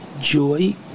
joy